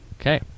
okay